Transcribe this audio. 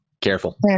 Careful